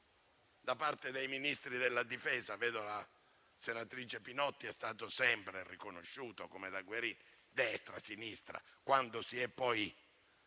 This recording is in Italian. da parte dei Ministri della difesa. Vedo la senatrice Pinotti: da lei è stato sempre riconosciuto, come da Guerini, da destra a sinistra; quando si è al